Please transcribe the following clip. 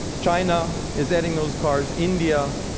china is adding those cars india,